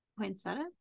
poinsettia